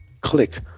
click